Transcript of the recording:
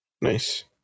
Nice